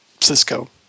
Cisco